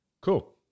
Cool